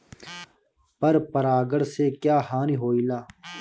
पर परागण से क्या हानि होईला?